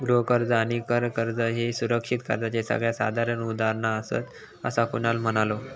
गृह कर्ज आणि कर कर्ज ह्ये सुरक्षित कर्जाचे सगळ्यात साधारण उदाहरणा आसात, असा कुणाल म्हणालो